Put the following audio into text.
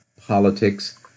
politics